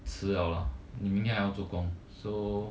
迟 liao lah 你明天还要做工 so